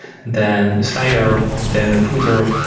then a slider and then a footer.